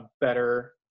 better